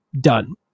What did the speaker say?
Done